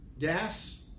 Gas